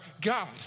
God